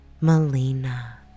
Melina